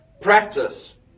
practice